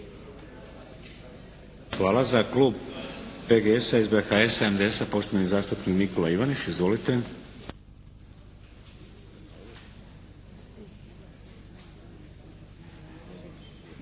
(HDZ)** Za klub PGS-a, SBHS-a i MDS-a, poštovani zastupnik Nikola Ivaniš. Izvolite!